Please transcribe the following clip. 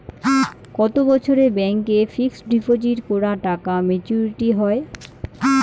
কত বছরে ব্যাংক এ ফিক্সড ডিপোজিট করা টাকা মেচুউরিটি হয়?